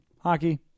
Hockey